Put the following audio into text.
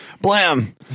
Blam